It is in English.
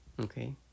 okay